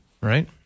right